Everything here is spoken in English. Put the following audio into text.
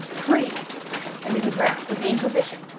free and in the grasp of the inquisition!